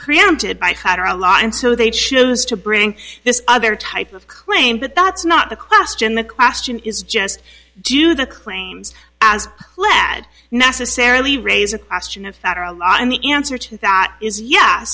preempted by federal law and so they choose to bring this other type of claim but that's not the question the question is just do the claims as lad necessarily raise a question of federal law and the answer to that is ye